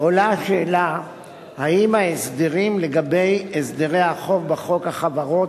עולה השאלה האם ההסדרים לגבי הסדרי החוב בחוק החברות,